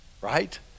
right